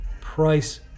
price